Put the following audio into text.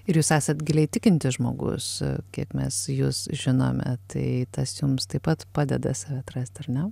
ir jūs esat giliai tikintis žmogus kiek mes jus žinome tai tas jums taip pat padeda save atrasti ar ne